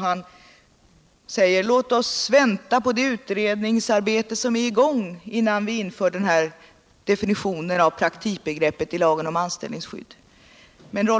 Han säger aut vi bör avvakta det utredningsarbete som är i gång innan vi inför